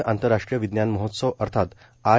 भारतीय आंतरराष्ट्रीय विज्ञान महोत्सव अर्थात आय